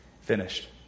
finished